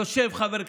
יושב חבר כנסת,